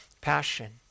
passion